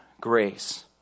grace